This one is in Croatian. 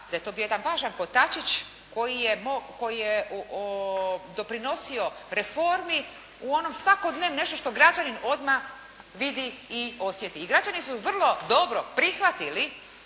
to bio jedan važan kotačić koji je doprinosio reformi u onom svakodnevnom, nešto što građanin odmah vidi i osjeti. I građani su vrlo dobro prihvatili